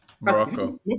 Morocco